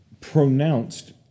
pronounced